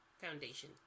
foundation